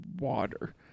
water